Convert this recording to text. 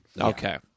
Okay